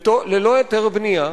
ללא היתר בנייה,